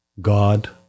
God